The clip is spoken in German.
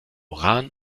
rahn